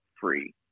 free